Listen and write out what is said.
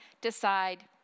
decide